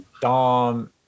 dom